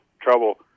trouble